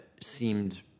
seemed